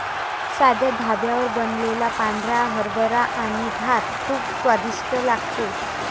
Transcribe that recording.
साध्या ढाब्यावर बनवलेला पांढरा हरभरा आणि भात खूप स्वादिष्ट लागतो